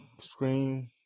screen